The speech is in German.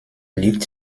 liegt